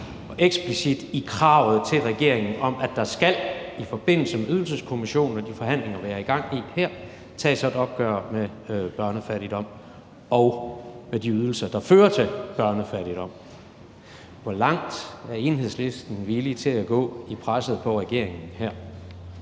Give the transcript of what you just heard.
eksplicitte i kravet til regeringen om, at der i forbindelse med Ydelseskommissionen og de forhandlinger, vi er gang med her, skal tages et opgør med børnefattigdom og med de ydelser, der fører til børnefattigdom. Hvor langt er Enhedslisten villig til at gå i presset på regeringen her?